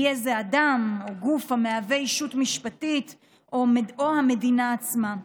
יהיה זה אדם או גוף המהווה ישות משפטית או המדינה עצמה.